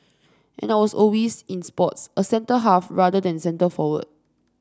and I was always in sports a centre half rather than centre forward